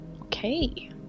Okay